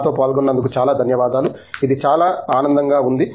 మాతో పాల్గోనందుకు చాలా ధన్యవాదాలు ఇది చాలా ఆనందంగా ఉంది